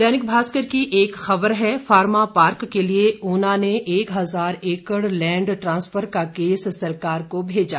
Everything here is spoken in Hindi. दैनिक भास्कर की एक खबर है फार्मा पार्क के लिए ऊना ने एक हजार एकड़ लैंड ट्रांसफर का केस सरकार को भेजा